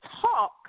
talk